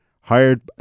hired